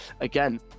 Again